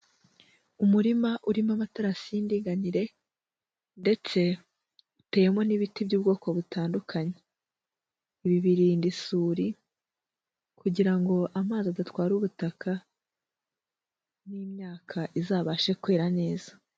Umurima urimo amatarasi y'indinganire, ndetse uteyemo n'ibiti by'ubwoko butandukanye, ibi birinda isuri, kugira ngo amazi adatwara ubutaka, n'imyaka izabashe kwera neza.